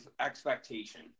expectation